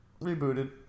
Rebooted